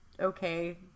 okay